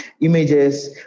images